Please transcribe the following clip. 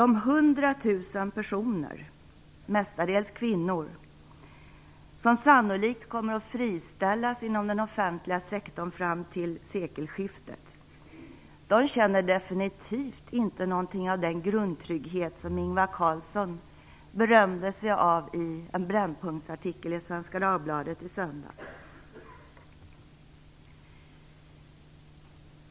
De 100 000 personer, mestadels kvinnor, som sannolikt kommer att friställas inom den offentliga sektorn fram till sekelskiftet känner definitivt inget av den grundtrygghet som Ingvar Carlsson berömde sig av i en brännpunktsartikel i Svenska Dagbladet i söndags.